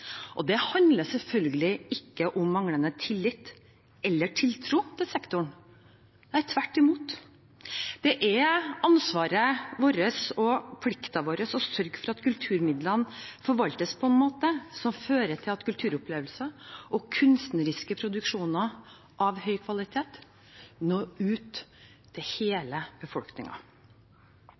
kulturfeltet. Det handler selvfølgelig ikke om manglende tillit eller tiltro til sektoren, nei, tvert imot er det ansvaret vårt og plikten vår å sørge for at kulturmidlene forvaltes på en måte som fører til at kulturopplevelser og kunstneriske produksjoner av høy kvalitet når ut til hele